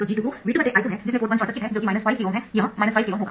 तो g22 V2I2 है जिसमें पोर्ट 1 शॉर्ट सर्किट है जो कि 5KΩ है यह 5 KΩ होगा